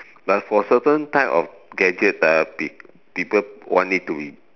but for certain type of gadgets ah peop~ people want it to be